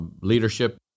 leadership